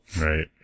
Right